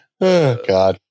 God